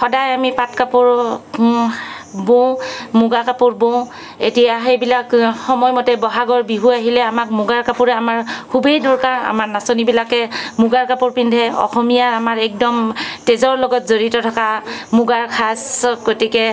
সদায় আমি পাট কাপোৰ বওঁ মুগা কাপোৰ বওঁ এতিয়া এইবিলাক সময়মতে ব'হাগৰ বিহু আহিলে আমাক মুগাৰ কাপোৰে আমাৰ খুবেই দৰকাৰ আমাৰ নাচনীবিলাকে মুগা কাপোৰ পিন্ধে অসমীয়া আমাৰ একদম তেজৰ লগত জড়িত থকা মুগাৰ সাঁজত গতিকে